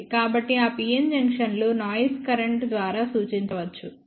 కాబట్టి ఆ p n జంక్షన్లను నాయిస్ కరెంట్ ద్వారా సూచించవచ్చు